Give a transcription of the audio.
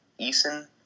Eason